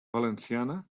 valenciana